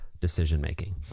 decision-making